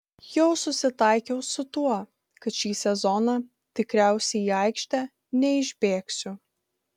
jau susitaikiau su tuo kad šį sezoną tikriausiai į aikštę neišbėgsiu